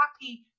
happy